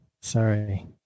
Sorry